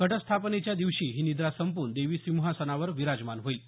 घटस्थापनेच्या दिवशी ही निद्रा संपून देवी सिंहासनावर विराजमान होईल